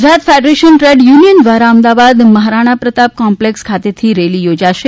Gujarat federation trade union દ્વારા Ahmedabad Maharana Pratap complex ખાતેથી rally યોજાશે